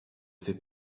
fait